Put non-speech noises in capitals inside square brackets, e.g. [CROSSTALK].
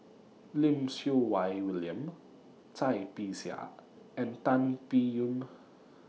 Lim Siew Wai William Cai Bixia and Tan Biyun [NOISE]